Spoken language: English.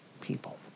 people